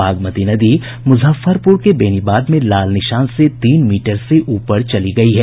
बागमती नदी मुजफ्फरपुर के बेनीबाद में लाल निशान से तीन मीटर से ऊपर चली गयी है